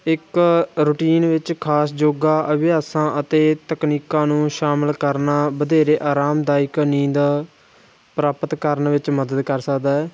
ਇੱਕ ਰੂਟੀਨ ਵਿੱਚ ਖਾਸ ਯੋਗਾ ਅਭਿਆਸਾਂ ਅਤੇ ਤਕਨੀਕਾਂ ਨੂੰ ਸ਼ਾਮਿਲ ਕਰਨਾ ਵਧੇਰੇ ਆਰਾਮਦਾਇਕ ਨੀਂਦ ਪ੍ਰਾਪਤ ਕਰਨ ਵਿੱਚ ਮਦਦ ਕਰ ਸਕਦਾ ਹੈ